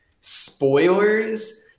spoilers